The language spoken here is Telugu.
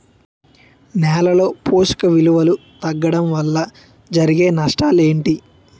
నేలలో పోషక విలువలు తగ్గడం వల్ల జరిగే నష్టాలేంటి?